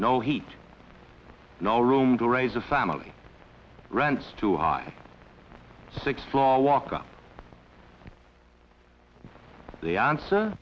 no heat no room to raise a family rents too high a sixth floor walkup the answer